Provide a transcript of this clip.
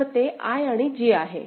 तर ते I आणि J आहे